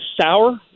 sour